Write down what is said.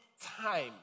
time